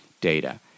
data